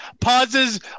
pauses